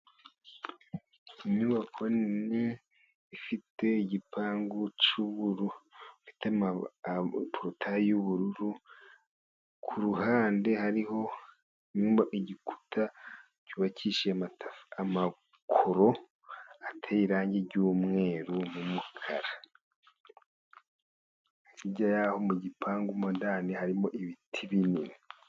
Inyubako nini ifite igipangu cy'ubururu. Ifite porutayi y'ubururu. Ku ruhande hariho igikuta cyubakishije, amakoro ateye irangi ry'umweru n'umukara. Hirya yaho mu gipangu mo ndani, harimo ibiti binini.